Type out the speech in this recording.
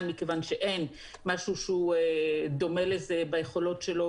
מכיוון שאין משהו שהוא דומה לזה ביכולות שלו,